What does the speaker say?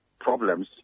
problems